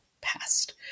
past